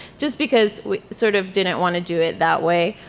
just because we sort of didn't want to do it that way